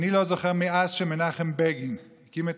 אני לא זוכר מאז שמנחם בגין הקים את